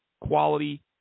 Quality